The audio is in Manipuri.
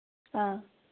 ꯑꯥ